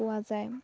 পোৱা যায়